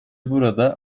burada